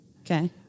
Okay